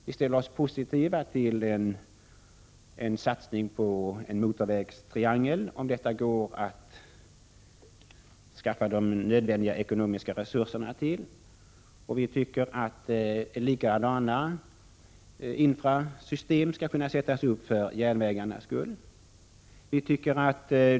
Vi ställer oss också positiva till en satsning på en motorvägstriangel, om det går att skaffa de nödvändiga ekonomiska resurserna till en sådan. Likadana infrasystem bör kunna sättas upp för järnvägarnas skull.